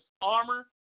armor